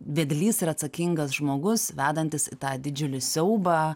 vedlys ir atsakingas žmogus vedantis tą didžiulį siaubą